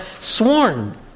sworn